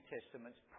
Testaments